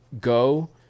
Go